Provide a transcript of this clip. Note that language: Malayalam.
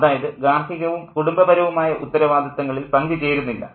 അതായത് ഗാർഹികവും കുടുംബപരവുമായ ഉത്തരവാദിത്വങ്ങളിൽ പങ്കുചേരുന്നില്ല